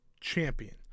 champion